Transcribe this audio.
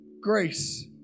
grace